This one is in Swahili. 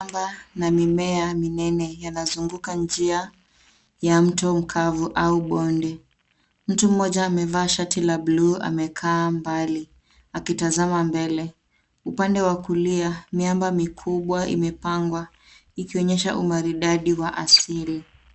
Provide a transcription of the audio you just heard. Shamba na mimea minene yanazunguka njia ya mto mkavu au bonde. Mtu mmoja amevaa shati la bluu amekaa mbali akitazama mbele. Upande wa kulia miamba mikubwa imepangwa ikionyesha umaridadi wa asili.